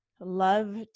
love